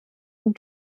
and